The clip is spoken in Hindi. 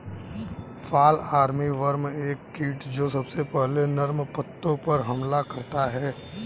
फॉल आर्मीवर्म एक कीट जो सबसे पहले नर्म पत्तों पर हमला करता है